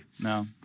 No